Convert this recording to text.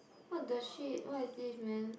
what the shit what is this man